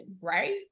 right